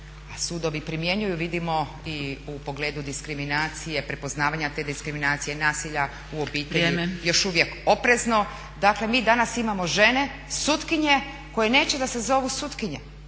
sudovi primjenjuju vidimo i u pogledu diskriminacije, prepoznavanja te diskriminacije, nasilja u obitelji još uvijek oprezno. Dakle mi danas imamo žene, sutkinje koje neće da se zovu sutkinje.